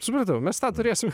supratau mes tą turėsim